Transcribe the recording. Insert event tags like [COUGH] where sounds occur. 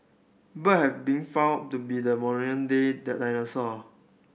bird have been found to be the [UNINTELLIGIBLE] day [UNINTELLIGIBLE] dinosaur